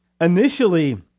initially